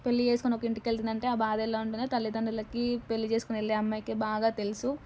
పెళ్ళి చేసుకొని ఒక ఇంటికి వెళుతుంది అంటే ఆ బాధ ఎలా ఉంటుందో తల్లితండ్రులకి పెళ్ళి చేసుకుని వెళ్ళే అమ్మాయికి బాగా తెలుసు